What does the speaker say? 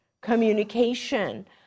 communication